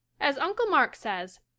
as uncle mark says,